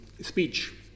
speech